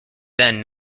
then